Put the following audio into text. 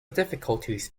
difficulties